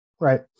right